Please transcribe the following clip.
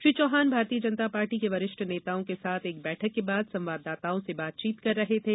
Shri Chauhan Bharatiya Janata Party के वरिष्ठ नेताओं के साथ एक बैठक के बाद संवाददाताओं से बातचीत कर रहे थे